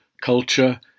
culture